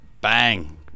bang